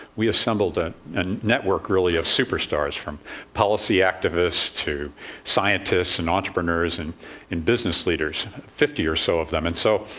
we assembled a and network, really, of superstars, from policy activists to scientists and entrepreneurs and and business leaders. fifty or so of them. and so,